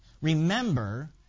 Remember